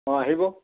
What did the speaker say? অঁ আহিব